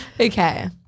Okay